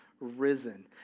risen